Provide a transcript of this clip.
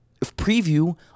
preview